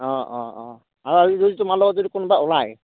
অঁ অঁ অঁঁ আৰু যদি তোমাৰ লগত যদি কোনবা ওলায়